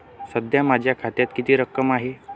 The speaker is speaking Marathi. सध्या माझ्या खात्यात किती रक्कम आहे?